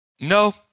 No